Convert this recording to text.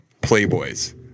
Playboy's